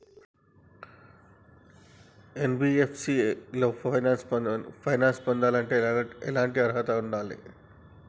NBFC లో finance పొందాలంటే ఎట్లాంటి అర్హత ఉండాలే?